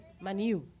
Manu